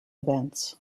events